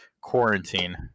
quarantine